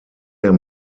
der